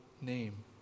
name